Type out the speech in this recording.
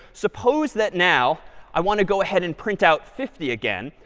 suppose that now i want to go ahead and print out fifty again.